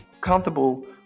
comfortable